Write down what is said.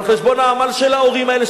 על חשבון העמל של ההורים האלה,